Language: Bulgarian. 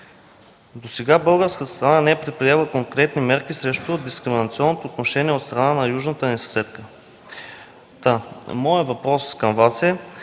Досега българската страна не е предприела конкретни мерки срещу дискриминационното отношение от страна на южната ни съседка. Моят въпрос към Вас е: